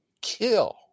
kill